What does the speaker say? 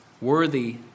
worthy